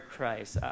Christ